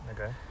Okay